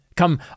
come